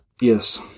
Yes